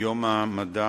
יום המדע.